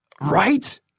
Right